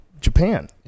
Japan